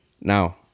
Now